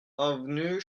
avenue